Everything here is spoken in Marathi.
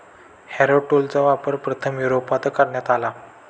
हॅरो टूलचा वापर प्रथम युरोपात करण्यात आला